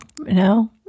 no